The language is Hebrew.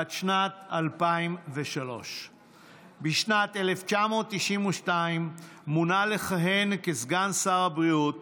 עד שנת 2003. בשנת 1992 מונה לסגן שר הבריאות